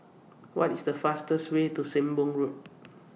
What IS The fastest Way to Sembong Road